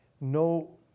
no